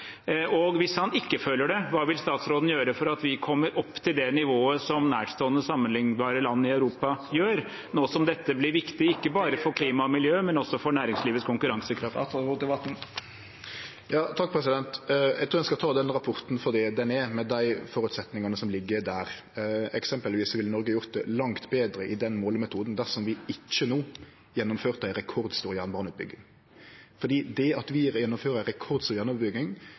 og norsk økonomi er i rute? Hvis han ikke føler det, hva vil statsråden gjøre for at vi kommer opp til det nivået som nærstående sammenliknbare land i Europa gjør, nå som dette blir viktig ikke bare for klima og miljø, men også for næringslivets konkurransekraft? Eg trur eg skal ta den rapporten for det han er, med dei føresetnadene som ligg der. Eksempelvis ville Noreg gjort det langt betre med den målemetoden dersom vi ikkje no gjennomførte ei rekordstor jernbaneutbygging. Det at vi gjennomfører